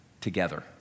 together